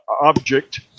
object